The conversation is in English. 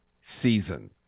season